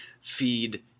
feed